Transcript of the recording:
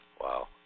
Wow